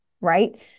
right